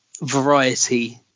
variety